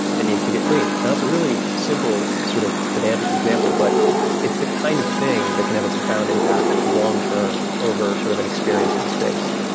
it needs to get cleaned. now that's a really simple sort of pedantic example, but it's the kind of thing that can have a profound impact long-term over sort of an experience of the space.